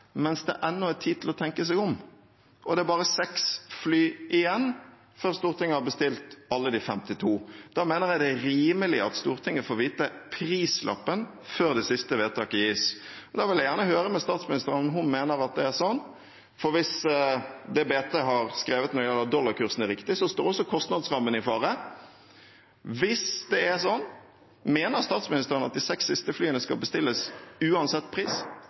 mens det ennå er tid til å tenke seg om. Det er bare seks fly igjen før Stortinget har bestilt alle de 52, og da mener jeg det er rimelig at Stortinget får vite prislappen før det siste vedtaket gjøres. Jeg vil gjerne høre med statsministeren om hun mener at det er slik. For hvis det Bergens Tidende har skrevet når det gjelder dollarkursen, er riktig, står også kostnadsrammen i fare. Hvis det er slik, mener statsministeren at de seks siste flyene skal bestilles uansett pris?